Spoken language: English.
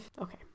okay